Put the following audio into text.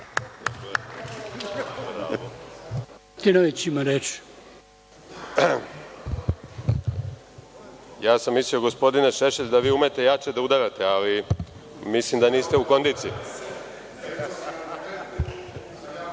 sam gospodine Šešelj da vi umete jače da udarate, ali mislim da niste u kondiciji. Mislim